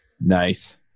Nice